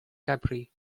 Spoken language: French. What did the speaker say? cabris